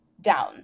down